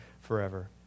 forever